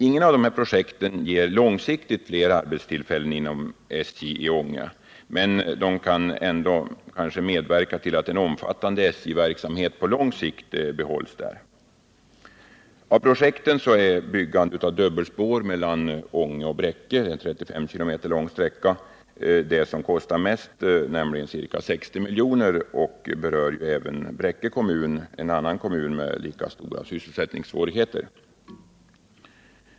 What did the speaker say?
Inget av dessa projekt ger emellertid långsiktigt fler arbetstillfällen inom SJ i Ånge, men de kan kanske ändå medverka till att en omfattande SJ-verksamhet på lång sikt behålls där. Av projekten är byggandet av dubbelspår mellan Ånge och Bräcke — en 35 km lång sträcka — det som kostar mest, nämligen ca 60 milj.kr. Det berör ju även Bräcke, en annan kommun med lika stora sysselsättningssvårigheter som Ånge.